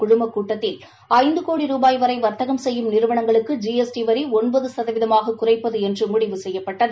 குழும கூட்டத்தில் இந்து கோடி ரூபாய் வரை வர்த்தகம் செய்யும் சேவை வரி நிறுவனங்களுக்கு ஜிஎஸ்டி வரி ஒன்பது சதவீதமாக குறைப்பது என்று முடிவு செய்யப்பட்டது